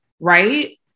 Right